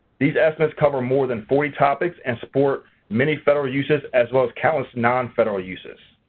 these estimates cover more than forty topics and support many federal uses as well as countless non-federal uses.